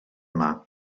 yma